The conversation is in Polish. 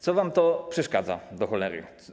Co wam to przeszkadza, do cholery?